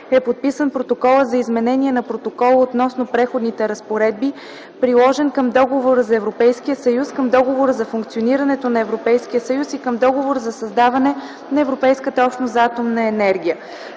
е подписан Протоколът за изменение на Протокола относно преходните разпоредби, приложен към Договора за Европейския съюз, към Договора за функционирането на Европейския съюз и към Договора за създаване на Европейската общност за атомна енергия.